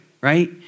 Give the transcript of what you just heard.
right